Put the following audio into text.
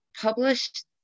published